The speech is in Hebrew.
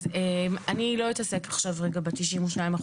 אני לא אתעסק ב-92%,